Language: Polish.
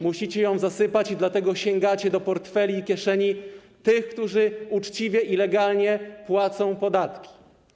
Musicie ją zasypać i dlatego sięgacie do portfeli i kieszeni tych, którzy uczciwie i legalnie płacą podatki.